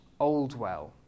Oldwell